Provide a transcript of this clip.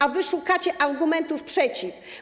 A wy szukacie argumentów przeciw.